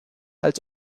als